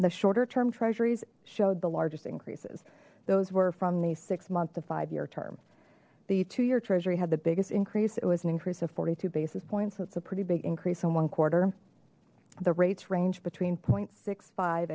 one the shorter term treasuries showed the largest increases those were from the six month two five year term the two year treasury had the biggest increase it was an increase of forty two basis points so it's a pretty big increase in one quarter the rates range between zero sixty five